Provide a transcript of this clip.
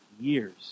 years